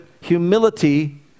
humility